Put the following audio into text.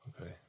Okay